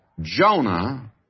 Jonah